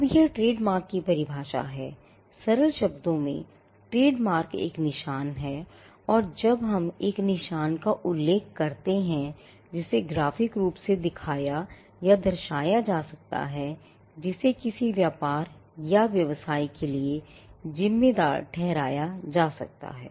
अब यह ट्रेडमार्क की परिभाषा है सरल शब्दों में एक ट्रेडमार्क एक निशान है और जब हम एक निशान का उल्लेख करते हैं जिसे ग्राफिक रूप से दर्शाया या दिखाया जा सकता है जिसे किसी व्यापार या व्यवसाय के लिए जिम्मेदार ठहराया जाता है